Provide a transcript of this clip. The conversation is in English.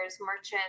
merchants